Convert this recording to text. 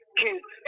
kids